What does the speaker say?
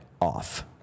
off